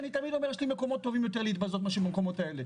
אני תמיד אומר: יש לי מקומות יותר טובים להתבזות בהם מאשר במקומות האלה.